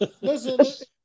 Listen